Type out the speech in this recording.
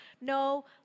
no